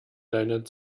deinen